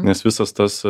nes visas tas